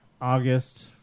August